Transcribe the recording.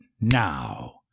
now